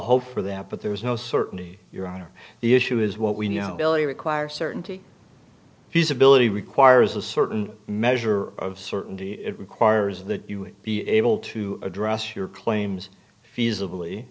hope for that but there is no certainty your honor the issue is what we know bill you require certainty feasibility requires a certain measure of certainty it requires that you be able to address your claims feasibly